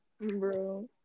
bro